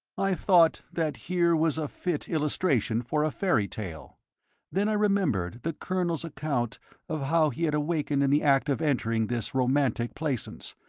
i thought that here was a fit illustration for a fairy tale then i remembered the colonel's account of how he had awakened in the act of entering this romantic plaisance,